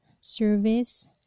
service